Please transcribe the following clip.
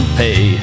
pay